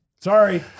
Sorry